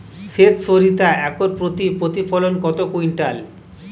সেত সরিষা একর প্রতি প্রতিফলন কত কুইন্টাল?